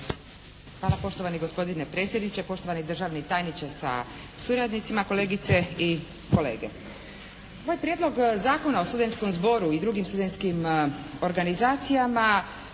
Hvala. Poštovani gospodine predsjedniče, poštovani državni tajniče sa suradnicima, kolegice i kolege. Ovaj Prijedlog zakona o studentskom zboru i drugim studentskim organizacijama